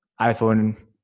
iPhone